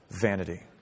vanity